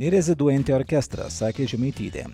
ir reziduojantį orkestrą sakė žemaitytė